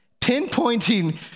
pinpointing